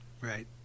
Right